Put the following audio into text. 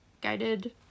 guided